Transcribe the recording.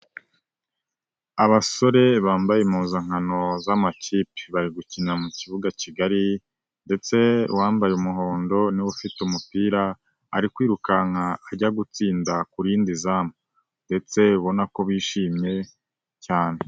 Abasore bambaye impuzankano z'amakipe bari gukina mu kibuga kigari ndetse uwambaye umuhondo niwe ufite umupira ari kwirukanka ajya gutsinda ku rindi zamu ndetse ubona ko bishimye cyane.